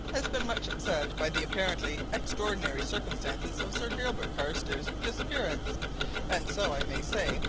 has been much upset by the apparently extraordinary circumstances of sir gilbert carstairs' disappearance and so, i may say,